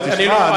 תשמע,